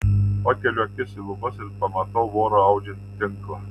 pakeliu akis į lubas ir pamatau vorą audžiantį tinklą